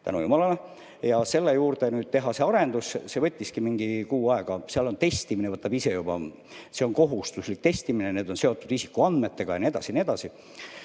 tänu jumalale, ja selle juurde teha see arendus, see võttiski umbes kuu aega. Seal on testimine, mis võtab juba aega, see on kohustuslik testimine, see on seotud isikuandmetega ja nii edasi